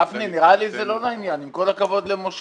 גפני, נראה לי שזה לא לעניין, עם כל הכבוד למשה.